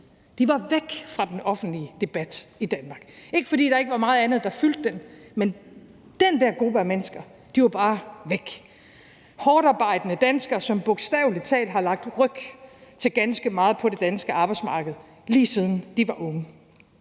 De var væk fra den offentlige debat i Danmark, ikke fordi der ikke var meget andet, der fyldte den, men den der gruppe af mennesker var bare væk, hårdtarbejdende danskere, som bogstavelig talt har lagt ryg til ganske meget på det danske arbejdsmarked, lige siden de var unge,